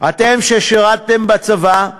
אתם, ששירתם בצבא,